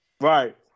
Right